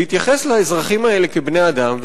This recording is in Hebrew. להתייחס לאזרחים האלה כאל בני-אדם,